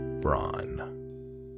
Braun